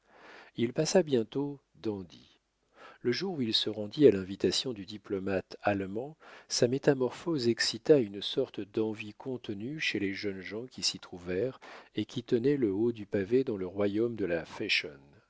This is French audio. il passa bientôt dandy le jour où il se rendit à l'invitation du diplomate allemand sa métamorphose excita une sorte d'envie contenue chez les jeunes gens qui s'y trouvèrent et qui tenaient le haut du pavé dans le royaume de la